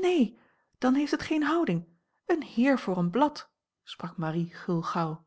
neen dan heeft het geene houding een heer voor een blad sprak marie gulgauw